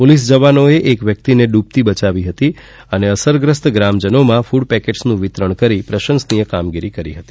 police જવાનોએ એક વ્યક્તિને ડૂબતી બચાવી હતી અને અસરગ્રસ્ત ગ્રામજનોમાં ફૂડપેકેટસનું વિતરણ કરી પ્રશંસનીય કામગીરી કરી હતી